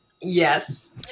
Yes